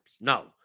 No